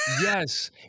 Yes